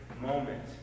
moment